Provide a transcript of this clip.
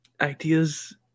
ideas